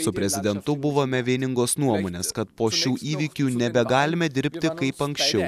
su prezidentu buvome vieningos nuomonės kad po šių įvykių nebegalime dirbti kaip anksčiau